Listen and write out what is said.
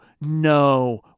no